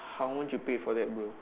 how much you pay for that bor